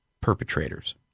perpetrators